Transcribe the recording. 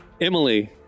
Emily